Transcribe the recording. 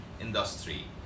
industry